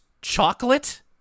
chocolate